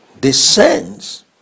descends